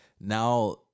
now